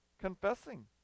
confessing